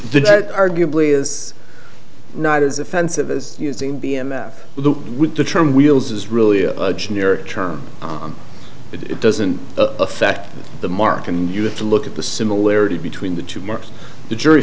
but arguably is not as offensive as using b m s with the term wheels is really a generic term it doesn't affect the mark and you have to look at the similarity between the two marks the jury